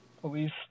police